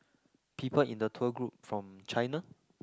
people in the tour group from China